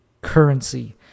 currency